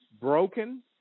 broken